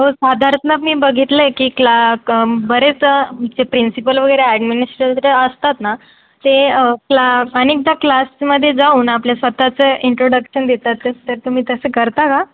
हो साधारणत मी बघितलं आहे की क्लाक बरेच जे प्रिन्सिपल वगैरे ॲडमिनिस्ट्रेटर जे असतात ना ते क्ला अनेकदा क्लासमध्ये जाऊन आपल्या स्वतःचं इंट्रोडक्शन देतात तर तुम्ही तसं करता का